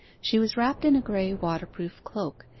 she was wrapped in a grey waterproof cloak,